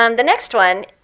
um the next one,